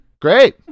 Great